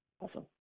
Awesome